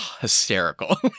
hysterical